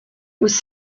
was